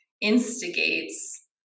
instigates